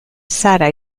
sara